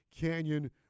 Canyon